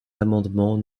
l’amendement